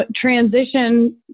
transition